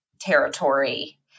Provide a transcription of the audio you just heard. territory